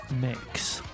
mix